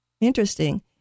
Interesting